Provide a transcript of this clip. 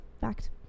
fact